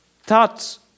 thoughts